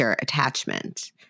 attachment